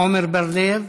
עמר בר-לב.